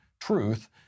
Truth